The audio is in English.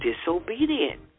disobedient